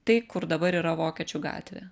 tai kur dabar yra vokiečių gatvė